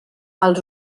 als